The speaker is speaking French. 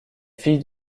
fille